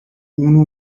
unu